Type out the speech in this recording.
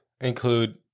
include